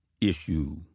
issue